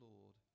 Lord